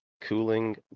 cooling